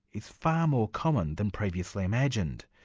is far more common than previously imagined.